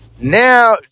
now